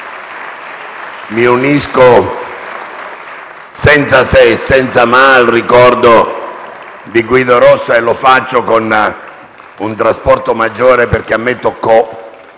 Mi unisco, senza se e senza ma, al ricordo di Guido Rossa e lo faccio con un trasporto maggiore in quanto a me toccò